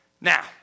Now